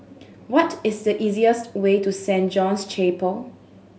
what is the easiest way to Saint John's Chapel